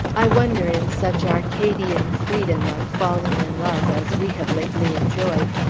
i wonder, in such arcadian freedom of falling in love as we have lately enjoyed,